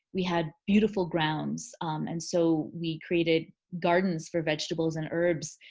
we had beautiful grounds and so we created gardens for vegetables and herbs.